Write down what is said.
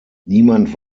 niemand